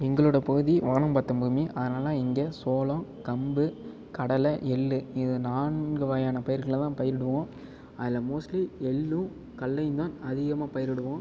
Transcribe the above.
எங்களுடைய பகுதி வானம் பார்த்த பூமி அதனால் இங்கே சோளம் கம்பு கடலை எள்ளு இது நான்கு வகையான பயிர்களை தான் பயிரிடுவோம் அதில் மோஸ்ட்லி எள்ளும் கடலையும் தான் அதிகமாக பயிரிடுவோம்